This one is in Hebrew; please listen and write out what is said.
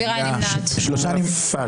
הצבעה לא אושרה נפל.